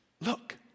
Look